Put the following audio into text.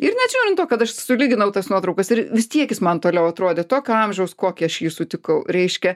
ir nežiūrint to kad aš sulyginau tas nuotraukas ir vis tiek jis man toliau atrodė tokio amžiaus kokį aš jį sutikau reiškia